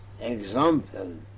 example